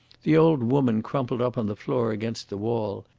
the old woman crumpled up on the floor against the wall,